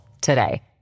today